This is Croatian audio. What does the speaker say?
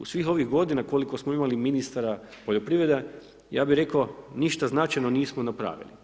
U svih ovih godina koliko smo imali ministara poljoprivrede ja bi rekao ništa značajno nismo napravili.